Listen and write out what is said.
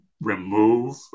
remove